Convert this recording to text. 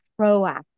proactive